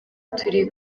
turi